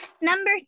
Number